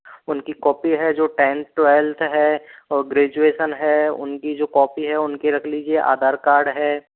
उनकी कॉपी है जो टेंथ ट्वेल्थ है और ग्रेजुएसन है उनकी जो कॉपी है उनकी रख लीजिए आधार कार्ड है